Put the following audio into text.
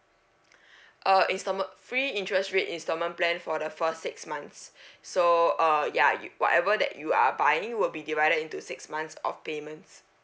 uh installme~ free interest rate installment plan for the for six months so uh ya you whatever that you are buying will be divided into six months of payments